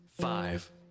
five